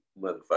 motherfucker